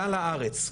כלל הארץ,